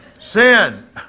Sin